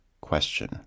question